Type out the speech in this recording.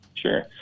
Sure